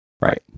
right